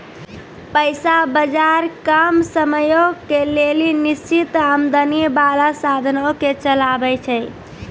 पैसा बजार कम समयो के लेली निश्चित आमदनी बाला साधनो के चलाबै छै